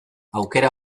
aukera